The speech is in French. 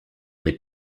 n’est